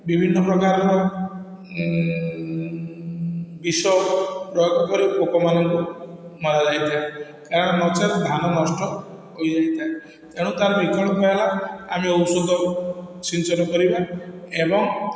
ବିଭିନ୍ନ ପ୍ରକାରର ବିଷ ପ୍ରୟୋଗ କରି ପୋକମାନଙ୍କୁ ମରାଯାଇ ଥାଏ କାରଣ ନଚେତ ଧାନ ନଷ୍ଟ ହୋଇ ଯାଇଥାଏ ତେଣୁ ତାର ବିକଳ୍ପ ହେଲା ଆମେ ଔଷଧ ସିଞ୍ଚନ କରିବା ଏବଂ